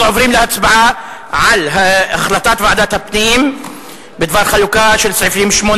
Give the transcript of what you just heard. אנחנו עוברים להצבעה על החלטת ועדת הפנים בדבר חלוקה של סעיפים 8